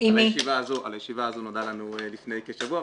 על הישיבה הזו נודע לנו לפני כשבוע.